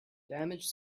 damage